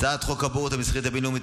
הצעת חוק הבוררות המסחרית הבין-לאומית,